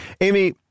Amy